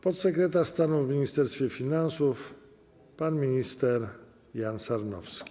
Podsekretarz stanu w Ministerstwie Finansów pan minister Jan Sarnowski.